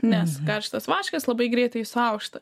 nes karštas vaškas labai greitai suaušta